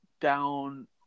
down